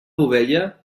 ovella